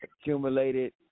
accumulated